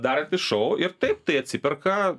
darantis šou ir taip tai atsiperka